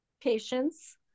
patients